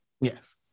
Yes